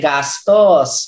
Gastos